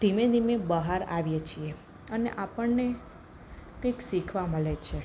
ધીમે ધીમે બહાર આવીએ છીએ અને આપણને કંઈક શીખવા મલે છે